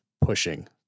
pushing